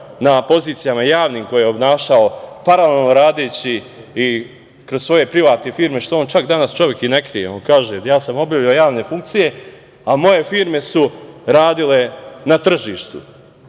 na pozicijama javnim, koje je obnašao paralelno radeći i kroz svoje privatne firme, što on čak danas čovek i ne krije. On kaže – ja sam obavljao javne funkcije, a moje firme su radile na